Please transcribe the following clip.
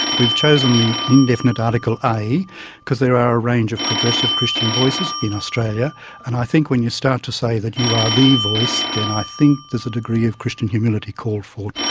we've chosen the indefinite article a because there are a range of progressive christian voices in australia and i think when you start to say that you are the voice, then i think there's a degree of christian humility called for.